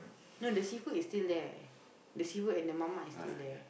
no the seafood is still there the seafood and the mamak is still there